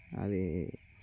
అది